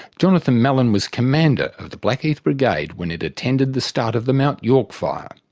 jonathan mallin was commander of the blackheath brigade when it attended the start of the mt york fire.